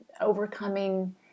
overcoming